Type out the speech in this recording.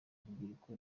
urubyiruko